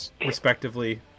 respectively